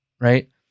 right